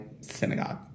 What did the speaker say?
synagogue